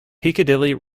piccadilly